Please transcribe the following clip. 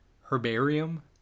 herbarium